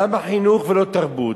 למה חינוך ולא תרבות,